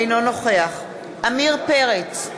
אינו נוכח עמיר פרץ,